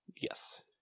Yes